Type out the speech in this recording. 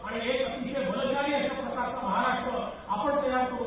आणि एक अतिशय बलशाली अश्या प्रकारचे महाराष्ट्र आपण तयार करू